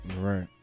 Right